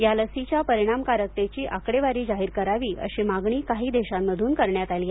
या लसीच्या परिणामकारकतेची आकडेवारी जाहीर करावी अशी मागणी काही देशांमधून करण्यात आली आहे